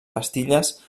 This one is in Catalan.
pastilles